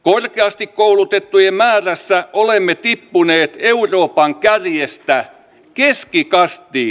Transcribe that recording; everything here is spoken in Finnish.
korkeasti koulutettujen määrässä olemme tippuneet euroopan kärjestä keskikastiin